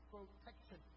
Protection